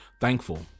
thankful